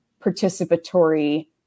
participatory